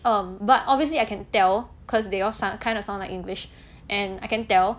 um but obviously I can tell cause they all sound kind of sound like english and I can tell